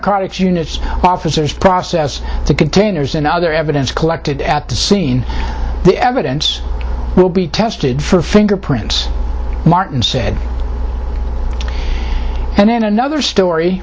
narcotics units officers process the containers and other evidence collected at the scene the evidence will be tested for fingerprints martin said and then another story